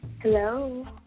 Hello